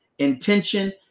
Intention